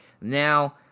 Now